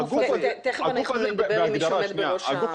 תיכף אנחנו נדבר עם מי שעומד בראש ה --- הגוף